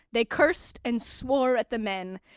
they cursed and swore at the men'.